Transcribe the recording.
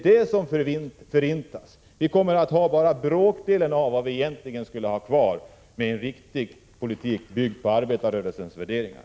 Bara bråkdelen kommer att finnas kvar av det som skulle ha funnits med en riktig politik byggd på arbetarrörelsens värderingar.